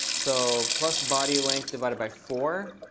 so plus body length divided by four.